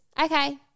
Okay